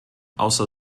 außer